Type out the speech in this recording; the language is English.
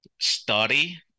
study